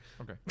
okay